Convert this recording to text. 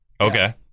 Okay